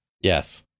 Yes